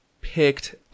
picked